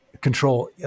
control